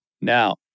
Now